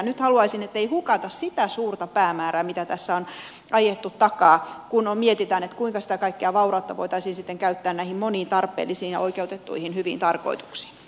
nyt haluaisin ettei hukata sitä suurta päämäärää mitä tässä on ajettu takaa kun mietitään kuinka sitä kaikkea vaurautta voitaisiin sitten käyttää näihin moniin tarpeellisiin ja oikeutettuihin hyviin tarkoituksiin